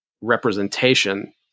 representation